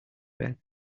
bed